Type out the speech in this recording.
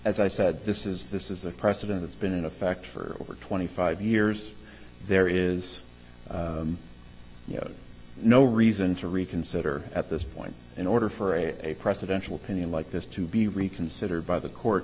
as i said this is this is a precedent that's been in effect for over twenty five years there is no reason to reconsider at this point in order for a presidential pinion like this to be reconsidered by the court